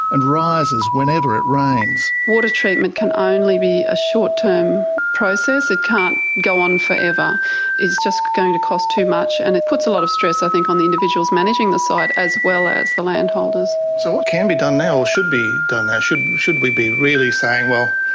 and rises again whenever it rains. water treatment can only be a short term process it can't go on for ever. it's just going to cost too much and it puts a lot of stress i think on the individuals managing the site as well as the landholders. so what can be done now or should be done now? should should we be really saying, well,